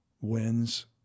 wins